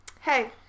Hey